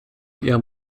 ihrem